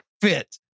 fit